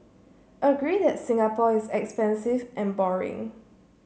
agree that Singapore is expensive and boring